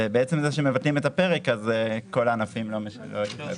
ובעצם זה שמבטלים את הפרק, כל הענפים לא משלמים.